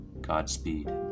Godspeed